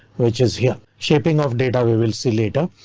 which is here shaping of data we will see later.